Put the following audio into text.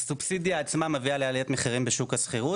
הסובסידיה עצמה מביאה לעליית מחירים בשוק השכירות